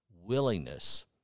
willingness